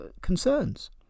concerns